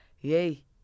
Yay